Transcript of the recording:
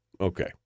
Okay